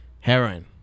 Heroin